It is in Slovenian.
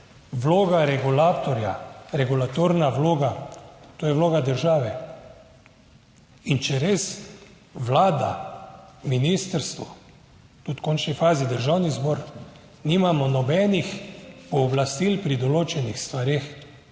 vloga regulatorja, regulatorna vloga, to je vloga države. In če res Vlada, ministrstvo, tudi v končni fazi Državni zbor nimamo nobenih pooblastil pri določenih stvareh,